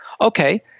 Okay